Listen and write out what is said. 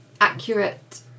accurate